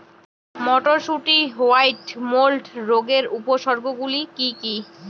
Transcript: মটরশুটির white mould রোগের উপসর্গগুলি কী কী?